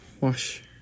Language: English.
wash